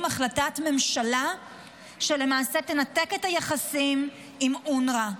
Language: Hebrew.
החלטת ממשלה שלמעשה תנתק את היחסים עם אונר"א,